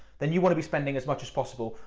then you wanna be spending as much as possible,